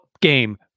game